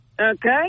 okay